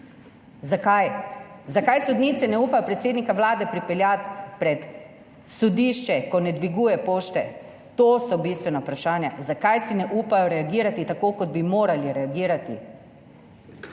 Zakaj? Zakaj sodnice ne upajo predsednika Vlade pripeljati pred sodišče, ko ne dviguje pošte? To so bistvena vprašanja. Zakaj si ne upajo reagirati tako, kot bi morali reagirati.